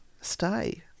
stay